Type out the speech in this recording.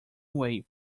way